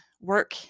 work